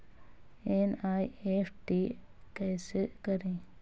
NEFT कैसे करें?